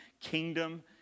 kingdom